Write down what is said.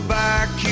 back